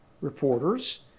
reporters